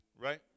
right